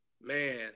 man